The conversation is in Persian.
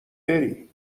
بری